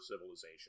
civilization